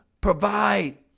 provide